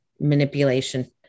manipulation